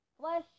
flesh